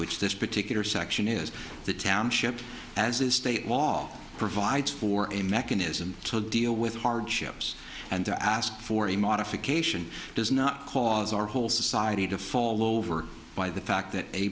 which this particular section is the township as a state law provides for a mechanism to deal with hardships and to ask for a modification does not cause our whole society to fall over by the fact that a